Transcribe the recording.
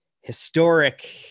historic